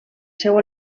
seu